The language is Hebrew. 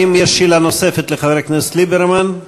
האם יש שאלה נוספת לחבר הכנסת ליברמן?